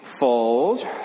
fold